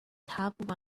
top